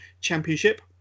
championship